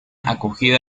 acogida